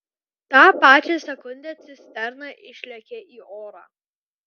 tą pačią sekundę cisterna išlekia į orą